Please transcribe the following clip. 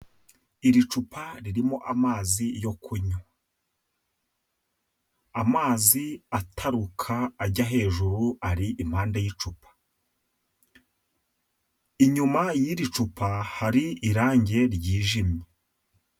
Iri cupa ririmo amazi yo kunywa, amazi ataruka ajya hejuru, ari iruhande rw'icupa. Inyuma y'iri cupa hari irangi ryijimye.